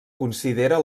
considera